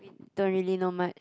don't really know much